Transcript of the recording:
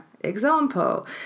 example